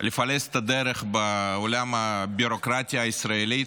לפלס את הדרך בעולם הביורוקרטיה הישראלית.